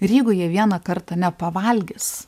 ir jeigu jie vieną kartą nepavalgys